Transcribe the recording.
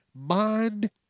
Mind